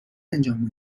انجام